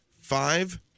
five